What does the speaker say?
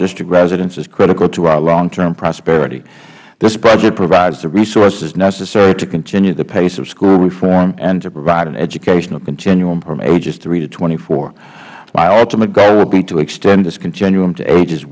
district residents is critical to our longterm prosperity this budget provides the resources necessary to continue the pace of school reform and to provide an educational continuum from ages three to twenty four my ultimate goal will be to extend this continuum to ages